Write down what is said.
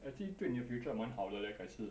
actually 对你的 future 蛮好的 leh 改次